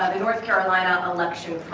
north carolina um